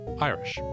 Irish